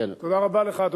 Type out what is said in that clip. רבה לך.